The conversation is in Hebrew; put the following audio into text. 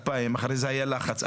2,000 ואחר כך היה לחץ,